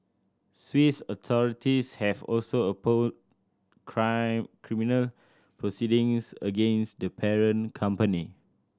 Swiss authorities have also opened criminal proceedings against the parent company